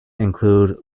include